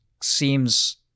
seems